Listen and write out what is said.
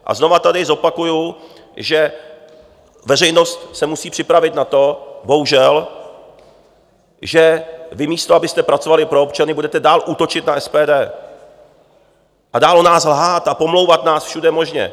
A znova tady zopakuju, že veřejnost se musí připravit na to, bohužel, že místo abyste pracovali pro občany, budete dál útočit na SPD a dál o nás lhát a pomlouvat nás všude možně.